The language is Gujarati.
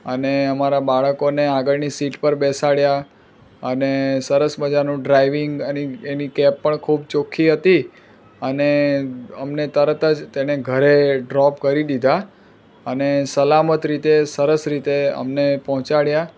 અને અમારા બાળકોને આગળની સીટ પર બેસાડ્યા અને સરસ મજાનું ડ્રાઇવિંગ એની કેબ પણ ખૂબ ચોખ્ખી હતી અને અમને તરત જ તેણે ઘરે ડ્રોપ કરી દીધા અને સલામત રીતે સરસ રીતે અમને પહોંચાડ્યા